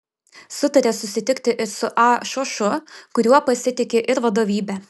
sutarė susitikti su a šošu kuriuo pasitiki ir vadovybė